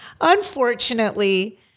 Unfortunately